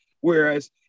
Whereas